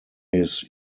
his